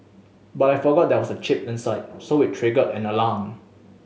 but I forgot there was a chip inside so it triggered an alarm